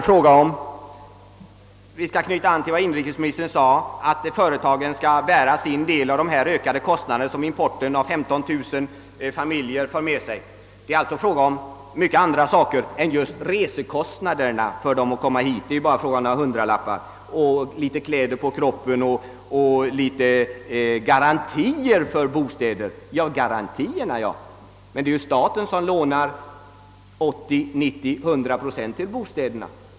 Jag skall knyta an till inrikesministerns yttrande, att företagen skall bära sin del av den kostnadsökning som importen av 15 000 familjer medför. Det är alltså fråga om mycket annat än just resekostnaderna — de uppgår bara till några hundralappar — lite kläder på kroppen och lite garantier för bostäder. Garantierna ja, staten lånar ju 90—100 procent till bostäder.